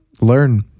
learn